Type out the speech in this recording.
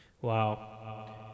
Wow